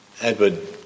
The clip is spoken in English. Edward